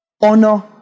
Honor